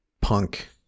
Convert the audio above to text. punk